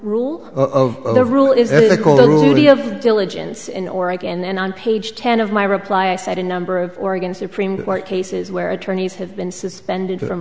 diligence in oregon and on page ten of my reply i said a number of oregon supreme court cases where attorneys have been suspended from